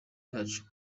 yacu